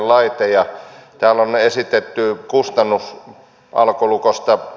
täällä on esitetty kustannus alkolukosta